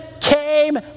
came